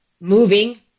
moving